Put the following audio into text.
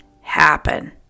happen